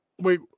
Wait